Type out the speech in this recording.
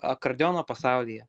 akordeono pasaulyje